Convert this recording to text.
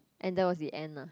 and that was the end lah